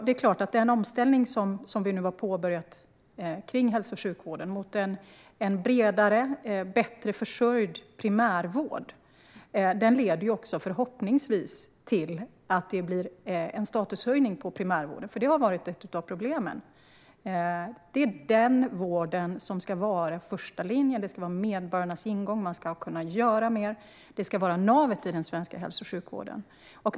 Den omställning som vi nu har påbörjat i hälso och sjukvården mot en bredare och bättre försörjd primärvård leder förhoppningsvis till att det blir en statushöjning för primärvården, för det har varit ett av problemen. Det är denna vård som ska vara första linjen, som ska vara medborgarnas ingång, som ska kunna göra mer och som ska vara navet i den svenska hälso och sjukvården.